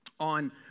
on